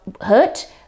hurt